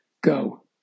Go